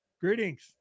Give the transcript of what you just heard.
Greetings